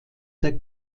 der